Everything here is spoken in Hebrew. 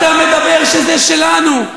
אתה מדבר שזה שלנו.